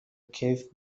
کیف